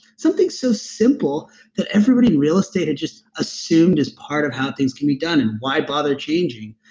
something so simple that everybody in real estate had just assumed as part of how things can be done and why bother changing?